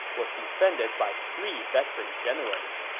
was defended by three veteran generals.